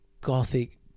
gothic